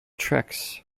tracks